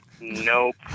Nope